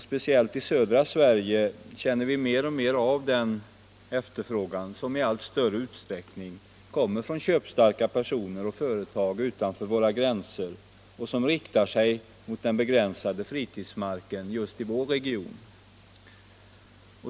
Speciellt i södra Sverige märker vi i allt större utsträckning en efterfrågan från köpstarka personer och företag utanför våra gränser som riktar sig mot den begränsade fritidsmarken just i vår region.